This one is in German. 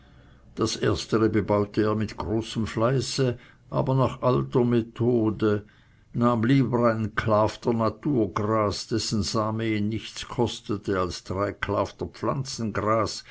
das erstere bebaute er mit großem fleiße aber nach alter mode nahm lieber ein klafter naturgras dessen same ihn nichts kostete als drei klafter